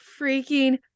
freaking